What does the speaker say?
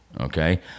Okay